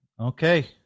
okay